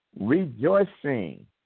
rejoicing